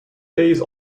phase